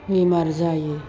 बेमार जायो